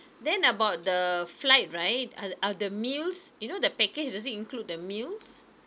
then about the flight right are are the meals you know the package does it include the meals